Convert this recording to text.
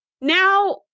Now